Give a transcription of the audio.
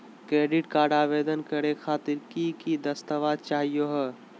Credit card आवेदन करे खातीर कि क दस्तावेज चाहीयो हो?